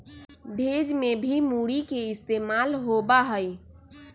भेज में भी मूरी के इस्तेमाल होबा हई